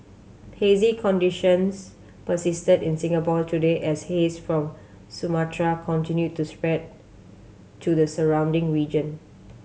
hazy conditions persisted in Singapore today as haze from Sumatra continued to spread to the surrounding region